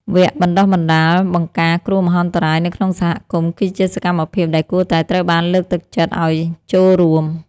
វគ្គបណ្តុះបណ្តាលបង្ការគ្រោះមហន្តរាយនៅក្នុងសហគមន៍ គឺជាសកម្មភាពដែលគួរតែត្រូវបានលើកទឹកចិត្តឱ្យចូលរួម។